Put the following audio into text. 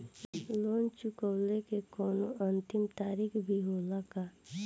Loan चुकवले के कौनो अंतिम तारीख भी होला का?